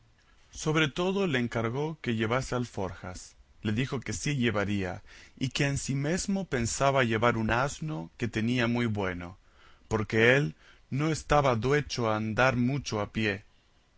sobre todo le encargó que llevase alforjas e dijo que sí llevaría y que ansimesmo pensaba llevar un asno que tenía muy bueno porque él no estaba duecho a andar mucho a pie